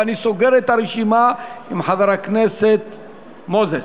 ואני סוגר את הרשימה עם חבר הכנסת מוזס.